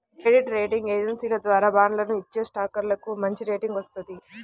credit rating ఏజెన్సీల ద్వారా బాండ్లను ఇచ్చేస్టాక్లకు మంచిరేటింగ్ వత్తది